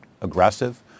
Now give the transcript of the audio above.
aggressive